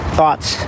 thoughts